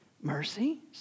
Mercy